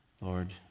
Lord